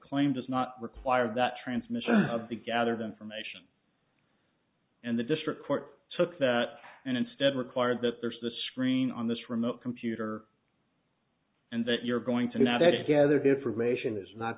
claim does not require that transmission of the gathered information and the district court took that and instead require that there's the screen on this remote computer and that you're going to do that if gather the information is not